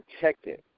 protected